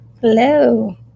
Hello